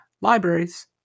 Libraries